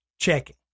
checking